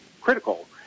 critical